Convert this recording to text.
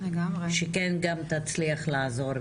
שכן גם תצליח לעזור.